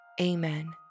Amen